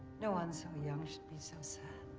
no one so young should be so so